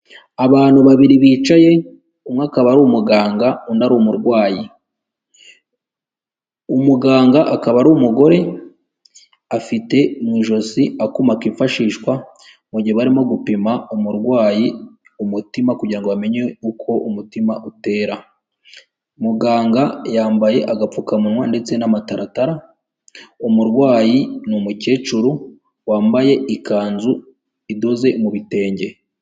Abantu babiri bicaye umwe akaba ari umuganga undi ari umurwayi, umuganga akaba ari umugore afite mu ijosi akuma kifashishwa mu gihe barimo gupima umurwayi umutima kugira ngo bamenye uko umutima utera, muganga yambaye agapfukamunwa ndetse n'amataratara, umurwayi ni umukecuru wambaye ikanzu idoze mu bitenge.